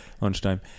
lunchtime